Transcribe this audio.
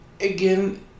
again